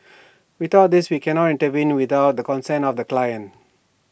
without this we cannot intervene without the consent of the client